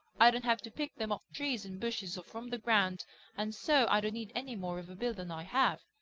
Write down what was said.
i don't have to pick them off trees and bushes or from the ground and so i don't need any more of a bill than i have.